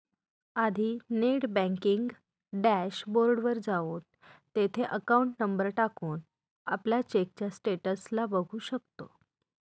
आधी net banking dashboard वर जाऊन, तिथे अकाउंट नंबर टाकून, आपल्या चेकच्या स्टेटस ला बघू शकतो